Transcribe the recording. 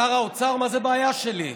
שר האוצר: מה זו בעיה שלי?